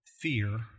fear